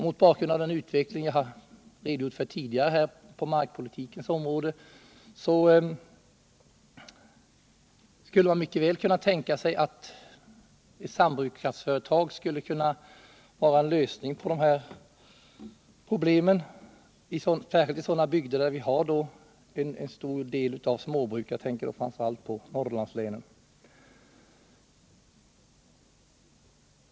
Mot bakgrund av den utveckling jag redogjort för på markpolitikens område skulle sambruksföretag mycket väl kunna vara en lösning på problemen, särskilt i sådana bygder där det finns en stor andel småbruk —- jag tänker då framför allt på Norrlandslänen.